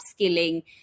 upskilling